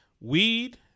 Weed